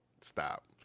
Stop